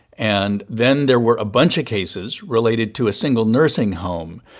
and then there were a bunch of cases related to a single nursing home.